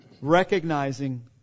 recognizing